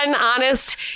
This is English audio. honest